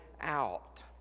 out